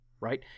right